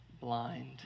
blind